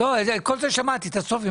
אני לא כל כך מצליחה לקבל תשובות